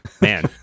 man